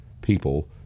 people